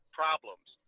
problems